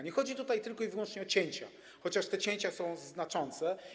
Nie chodzi tutaj tylko i wyłącznie o cięcia, chociaż te cięcia są znaczące.